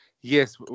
yes